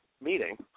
meeting